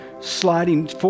Sliding